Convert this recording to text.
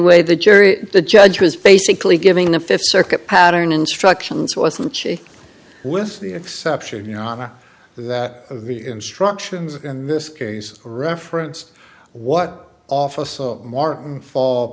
way the jury the judge was basically giving the fifth circuit pattern instructions wasn't with the exception you know ana that the instructions in this case reference what office martin fall